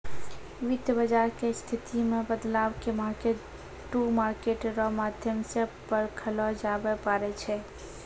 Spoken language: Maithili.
वित्त बाजार के स्थिति मे बदलाव के मार्केट टू मार्केट रो माध्यम से परखलो जाबै पारै छै